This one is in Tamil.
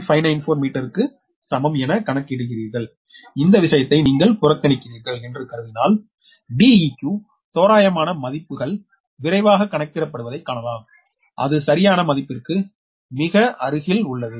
594 மீட்டருக்கு சமம் என கணக்கிடுகிறீர்கள் இந்த விஷயத்தை நீங்கள் புறக்கணிக்கிறீர்கள் என்று கருதினால்Deq தோராயமான மதிப்புகள் விரைவாக கணக்கிடப்படுவதை காணலாம் அது சரியான மதிப்புக்கு மிக அருகில் உள்ளது